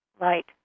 light